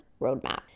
Roadmap